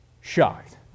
shocked